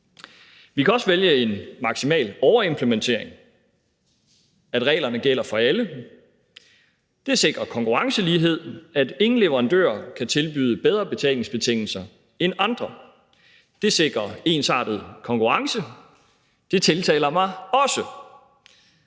Vi kan også vælge en maksimal overimplementering: at reglerne gælder for alle. Det sikrer konkurrencelighed, at ingen leverandører kan tilbyde bedre betalingsbetingelser end andre. Det sikrer ensartet konkurrence. Det tiltaler mig også.